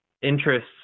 interests